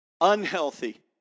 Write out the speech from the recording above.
Unhealthy